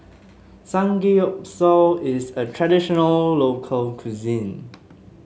samgeyopsal is a traditional local cuisine